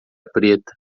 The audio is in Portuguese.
preta